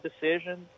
decision